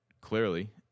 clearly